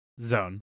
Zone